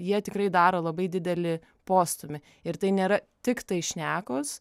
jie tikrai daro labai didelį postūmį ir tai nėra tiktai šnekos